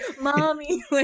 Mommy